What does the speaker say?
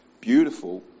beautiful